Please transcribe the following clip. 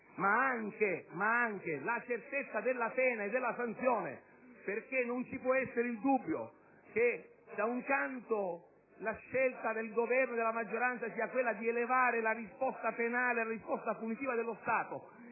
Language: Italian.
ma anche la certezza della pena e della sanzione. Non vi può infatti essere il dubbio che da un canto la scelta del Governo e della maggioranza sia quella di elevare la risposta punitiva dello Stato,